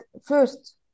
first